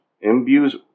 imbues